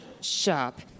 shop